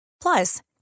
Plus